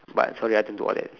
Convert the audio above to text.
but sorry I have to do all that